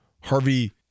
Harvey